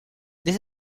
this